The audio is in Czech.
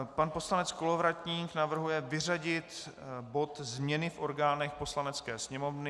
Pan poslanec Kolovratník navrhuje vyřadit bod změny v orgánech Poslanecké sněmovny.